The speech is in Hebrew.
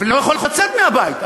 ולא יכול לצאת מהבית.